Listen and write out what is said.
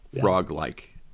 Frog-like